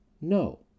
No